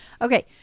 Okay